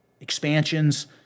expansions